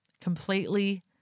completely